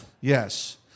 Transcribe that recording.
Yes